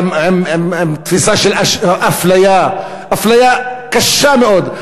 עם תפיסה של אפליה, אפליה קשה מאוד.